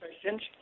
questions